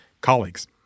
Colleagues